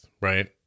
right